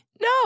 No